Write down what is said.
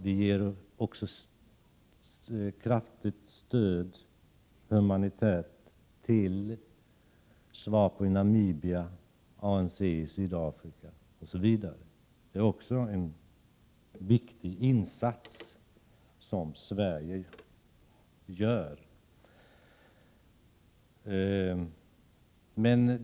Vi ger också ett starkt humanitärt stöd till SWAPO i Namibia, ANC i Sydafrika osv. Det är också en viktig insats som Sverige gör.